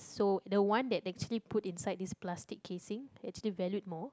so the one that actually put inside this plastic casing actually valued more